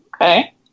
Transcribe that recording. okay